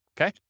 Okay